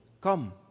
Come